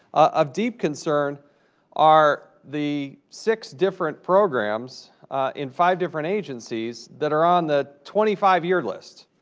of deep concern are the six different programs in five different agencies that are on the twenty five year list.